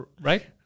Right